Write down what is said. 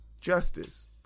justice